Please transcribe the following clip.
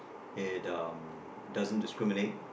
it um doesn't discriminate